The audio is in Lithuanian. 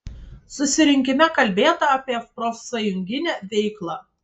susirinkime kalbėta apie profsąjunginę veiklą